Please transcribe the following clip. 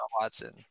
Watson